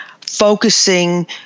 focusing